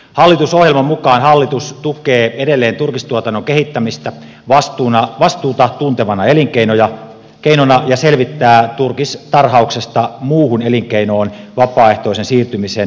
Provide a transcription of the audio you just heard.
hallitusohjelman mukaan hallitus tukee edelleen turkistuotannon kehittämistä vastuuta tuntevana elinkeinona ja selvittää turkistarhauksesta muuhun elinkeinoon vapaaehtoisen siirtymisen kannustamisen mahdollisuuksia